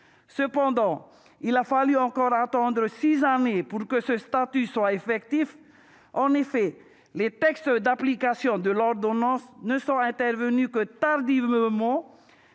; mais il a fallu attendre encore six années pour qu'il soit effectif. En effet, les textes d'application de l'ordonnance ne sont intervenus que tardivement.